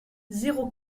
zéro